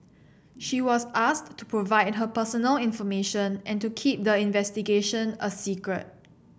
she was asked to provide her personal information and to keep the investigation a secret